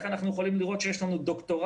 איך אנחנו יכולים לראות שיש לנו דוקטורנטיות